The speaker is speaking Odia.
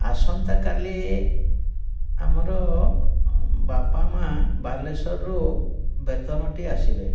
ଆସନ୍ତାକାଲି ଆମର ବାପା ମାଁ ବାଲେଶ୍ୱରରୁ ବେତନଟି ଆସିବେ